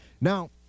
Now